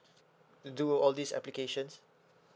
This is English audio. to do all these applications